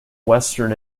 western